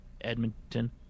Edmonton